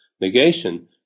negation